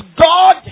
God